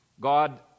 God